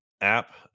app